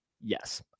Yes